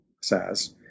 says